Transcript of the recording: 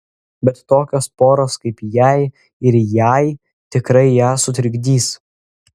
bet tokios poros kaip jei ir jai tikrai ją sutrikdys